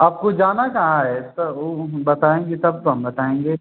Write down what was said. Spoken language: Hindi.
आपका जाना कहाँ है वह बताएँगी तब तो हम बताएँगे